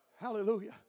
hallelujah